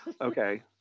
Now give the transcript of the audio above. okay